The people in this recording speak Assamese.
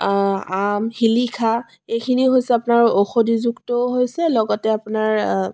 আম শিলিখা এইখিনি হৈছে আপোনাৰ ঔষধিযুক্তও হৈছে লগতে আপোনাৰ